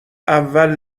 اول